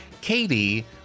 Katie